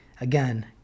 Again